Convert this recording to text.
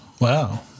Wow